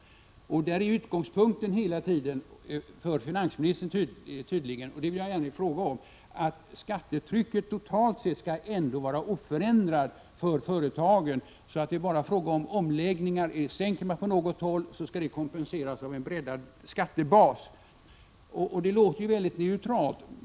Utgångspunkten för finansministern tycks hela tiden vara att skattetrycket i företagen totalt sett skall vara oförändrat, så att det bara är fråga om omläggningar — sänker man på något håll skall man kompensera med en breddad skattebas. Det låter mycket neutralt.